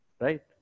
right